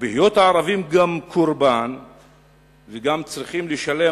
ובהיות הערבים גם קורבן וגם צריכים לשלם,